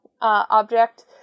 Object